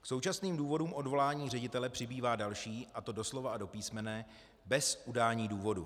K současným důvodům odvolání ředitele přibývá další, a to doslova a do písmene bez udání důvodu.